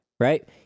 Right